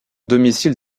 domicile